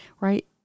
right